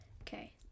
Okay